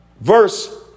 Verse